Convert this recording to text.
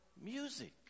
music